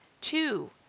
Two